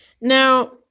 Now